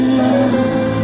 love